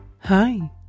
Hi